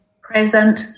Present